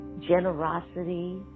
generosity